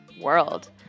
world